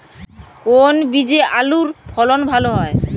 কোন বীজে আলুর ফলন ভালো হয়?